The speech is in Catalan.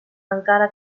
encara